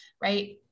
right